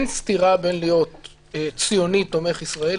אין סתירה בין להיות ציוני תומך ישראל